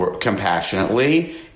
compassionately